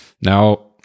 Now